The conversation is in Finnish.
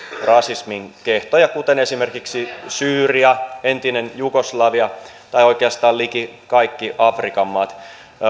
rasismin kehtoja kuten esimerkiksi syyria entinen jugoslavia tai oikeastaan liki kaikki afrikan maat